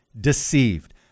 deceived